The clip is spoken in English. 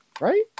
right